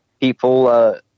people